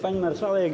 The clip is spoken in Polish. Pani Marszałek!